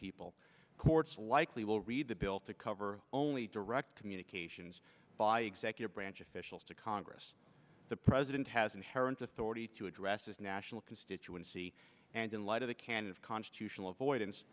people courts likely will read the bill to cover only direct communications by executive branch officials to congress the president has inherent authority to address this national constituency and in light of the can is constitutional avoidance